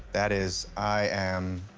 that is i am.